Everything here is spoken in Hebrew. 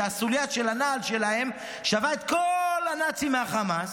שהסוליה של הנעל שלהם שווה את כל הנאצים מהחמאס,